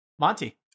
Monty